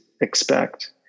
expect